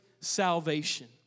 Salvation